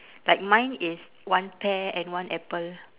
like mine is one pear and one apple